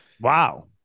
Wow